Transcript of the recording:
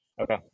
Okay